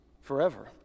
forever